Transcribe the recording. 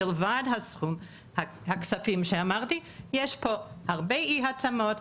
מעבר לסכום שאמרתי יש הרבה אי התאמות,